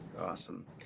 Awesome